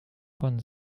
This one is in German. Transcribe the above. von